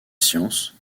science